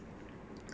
interesting